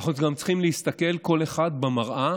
אבל אנחנו גם צריכים להסתכל כל אחד במראה,